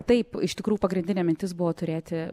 taip iš tikrųjų pagrindinė mintis buvo turėti